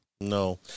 no